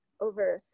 over